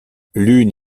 l’une